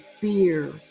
fear